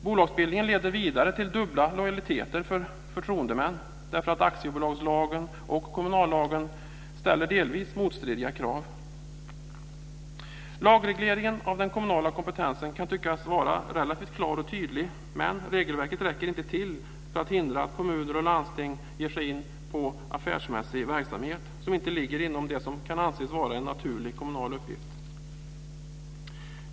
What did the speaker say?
Bolagsbildningen leder vidare till dubbla lojaliteter för förtroendemän därför att aktiebolagslagen och kommunallagen ställer delvis motstridiga krav. Lagregleringen av den kommunala kompetensen kan tyckas vara relativt klar och tydlig, men regelverket räcker inte till för att hindra att kommuner och landsting ger sig in på affärsmässig verksamhet som inte ligger inom det som kan anses vara en naturlig kommunal uppgift.